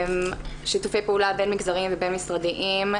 שיתופי פעולה בין מגזריים ובין משרדיים,